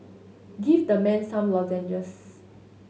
give the man some lozenges